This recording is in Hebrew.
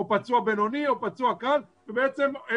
או פצוע בינוני או פצוע קל ובעצם הם